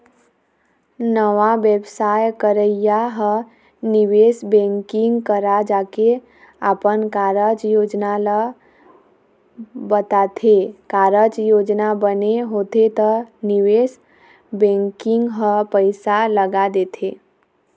नवा बेवसाय करइया ह निवेश बेंकिग करा जाके अपन कारज योजना ल बताथे, कारज योजना बने होथे त निवेश बेंकिग ह पइसा लगा देथे